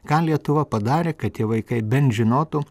ką lietuva padarė kad tie vaikai bent žinotų